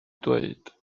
dweud